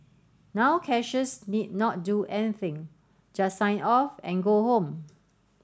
now cashiers need not do anything just sign off and go home